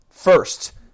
First